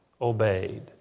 obeyed